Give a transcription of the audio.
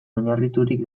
oinarriturik